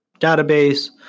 database